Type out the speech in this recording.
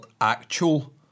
actual